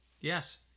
Yes